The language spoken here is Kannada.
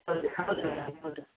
ಹೌದು ಹೌದು ಮೇಡಮ್ ಹೌದು